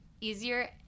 easier